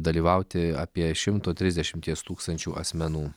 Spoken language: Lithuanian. dalyvauti apie šimto trisdešimties tūkstančių asmenų